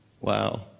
Wow